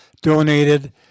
donated